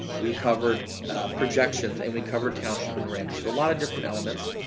we covered projections, and we covered township and range. so a lot of different elements.